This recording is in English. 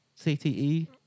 CTE